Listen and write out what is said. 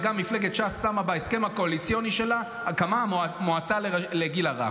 וגם מפלגת ש"ס שמה בהסכם הקואליציוני שלה הקמת מועצה לגיל הרך.